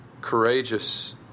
courageous